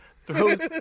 throws